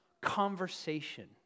conversation